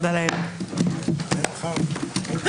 הישיבה ננעלה בשעה 19:57.